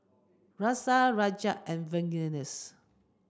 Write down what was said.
Razia Rajat and Verghese